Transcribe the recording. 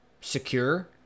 secure